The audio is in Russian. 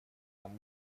тому